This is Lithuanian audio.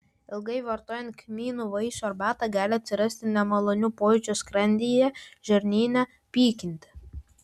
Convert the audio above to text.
ilgai vartojant kmynų vaisių arbatą gali atsirasti nemalonių pojūčių skrandyje žarnyne pykinti